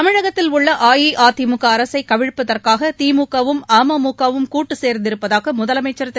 தமிழகத்தில் உள்ள அஇஅதிமுக அரசை கவிழ்ப்பதற்காக திமுகவும் அமுகவும் கூட்டு சேர்ந்திருப்பதாக முதலமைச்சர் திரு